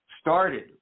started